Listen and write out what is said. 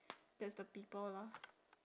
that's the people lah